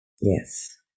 Yes